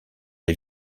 les